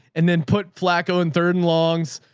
and then put flaco in third and longs.